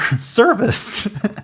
service